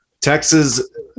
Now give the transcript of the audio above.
Texas